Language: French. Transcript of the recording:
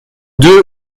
deux